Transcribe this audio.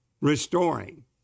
Restoring